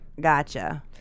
Gotcha